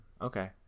Okay